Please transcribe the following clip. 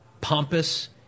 pompous